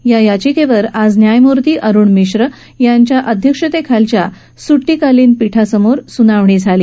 या याचिकेवर आज न्यायमूर्ती अरुण मिश्रा यांच्या अध्यक्षतेखालच्या सुट्टीकालीन पीठासमोर सुनावणी झाली